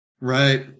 right